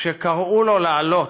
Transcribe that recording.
כשקראו לו לעלות,